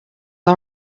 all